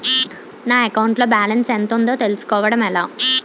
నా అకౌంట్ లో బాలన్స్ ఎంత ఉందో తెలుసుకోవటం ఎలా?